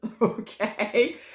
okay